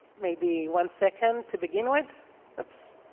maybe one second to begin with